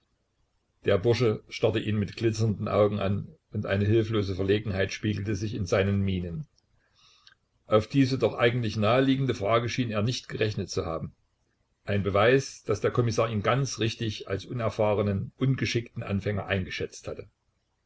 der bursche starrte ihn mit glitzernden augen an und eine hilflose verlegenheit spiegelte sich in seinen mienen auf diese doch eigentlich naheliegende frage schien er nicht gerechnet zu haben ein beweis daß der kommissar ihn ganz richtig als unerfahrenen ungeschickten anfänger eingeschätzt hatte